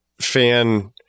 fan